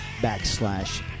backslash